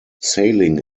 sailing